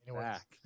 back